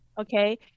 okay